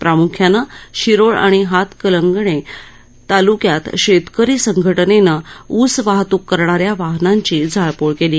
प्राम्ख्याने शिरोळ आणि हातकंणगले तालुक्यात शेतकरी संघटनेने ऊस वाहतूक करणाऱ्या वाहनांची जाळपोळ केली